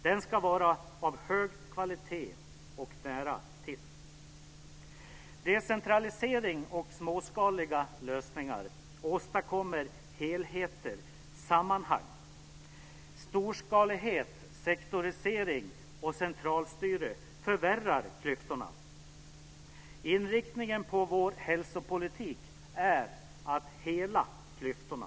Den ska vara av hög kvalitet, och man ska ha nära till den. Decentralisering och småskaliga lösningar åstadkommer helheter och sammanhang. Storskalighet, sektorisering och centralstyre förvärrar klyftorna. Inriktningen på vår hälsopolitik är att vi ska överbrygga klyftorna.